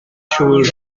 siŵr